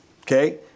Okay